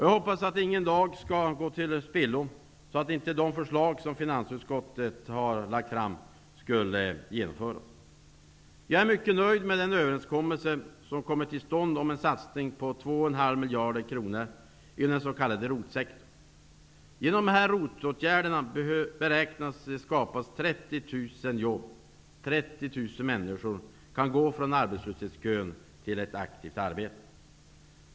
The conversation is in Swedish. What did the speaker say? Jag hoppas att ingen dag skall gå till spillo, utan att de förslag som finansutskottet har lagt fram skall kunna genomföras. Jag är mycket nöjd med den överenskommelse som har kommit till stånd om en satsning på 2,5 miljarder kronor inom den s.k. ROT-sektorn. Genom dessa ROT-åtgärder beräknas 30 000 jobb skapas -- 30 000 människor kan gå från arbetslöshetskön till ett aktivt arbete.